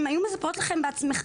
הן היו מספרות לכן בעצמן.